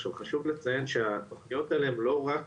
עכשיו, חשוב לציין שהתוכניות האלה הן לא רק